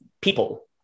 people